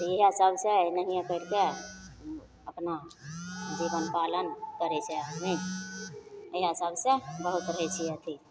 इएह सबसे छै एनाहिए करिके अपना बेगरता ने ले करै छै आदमी इएह सबसे बहुत रहै छिए अथी